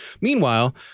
meanwhile